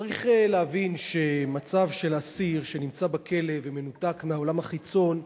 צריך להבין שמצב של אסיר שנמצא בכלא ומנותק מהעולם החיצון,